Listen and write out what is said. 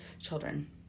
children